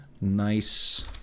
nice